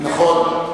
נכון.